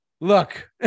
Look